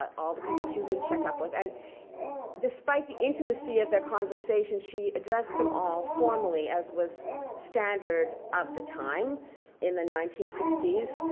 but all the people she was going to check up with. and despite the intimacy of their conversations, she address them all formally as was standard of the time in the nineteen sixty s.